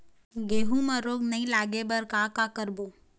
गेहूं म रोग नई लागे बर का का करबो?